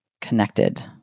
connected